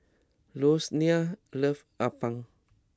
Rosanne loves Appam